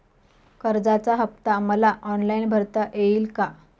कर्जाचा हफ्ता मला ऑनलाईन भरता येईल का?